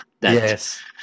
Yes